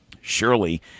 Surely